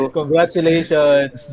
Congratulations